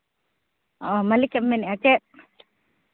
ᱚ ᱢᱟᱹᱞᱤᱠ ᱮᱢ ᱢᱮᱱᱮᱫᱼᱟ ᱪᱮᱫ